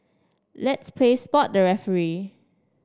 let's play spot the referee